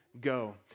go